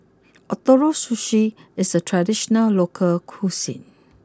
Ootoro Sushi is a traditional local cuisine